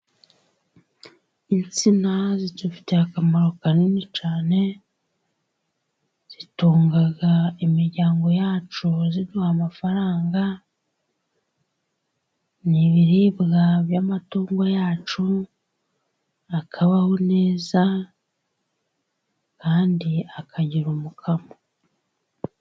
Insina zidufitiye akamaro kanini cyane. Zitunga imiryango yacu ziduha amafaranga. Ni ibiribwa by'amatungo yacu, akabaho neza, kandi akagira umukamo.